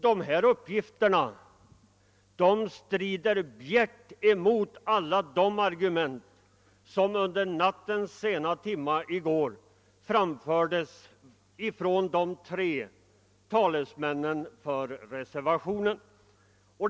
Dessa uppgifter strider bjärt mot alla de argument som under nattens sena timmar framfördes från de tre talesmännen för reservationen.